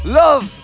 love